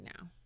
now